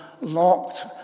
locked